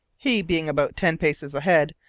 he, being about ten paces ahead,